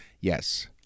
Yes